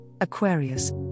Aquarius